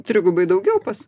trigubai daugiau pas